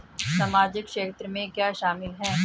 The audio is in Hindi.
सामाजिक क्षेत्र में क्या शामिल है?